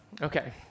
Okay